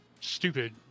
stupid